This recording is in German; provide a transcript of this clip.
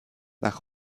nach